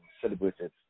celebrated